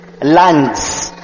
lands